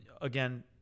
again